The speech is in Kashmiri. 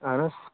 اَہَن حظ